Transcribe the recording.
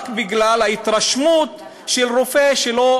רק בגלל ההתרשמות של רופא שלא